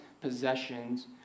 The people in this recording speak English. possessions